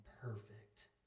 perfect